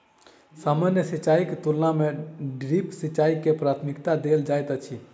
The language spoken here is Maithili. सामान्य सिंचाईक तुलना मे ड्रिप सिंचाई के प्राथमिकता देल जाइत अछि